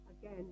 Again